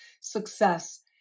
success